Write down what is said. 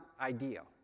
ideal